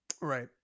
right